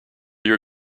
your